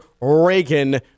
Reagan